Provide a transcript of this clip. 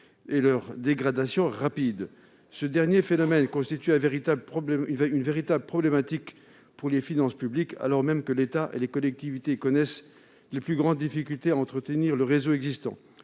et leur dégradation rapide. Ce dernier phénomène constitue une véritable problématique pour les finances publiques, alors même que l'État et les collectivités connaissent les plus grandes difficultés à entretenir le réseau existant.